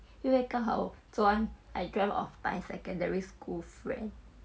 因为刚好 I dreamt of by secondary school friend